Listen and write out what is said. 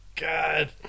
God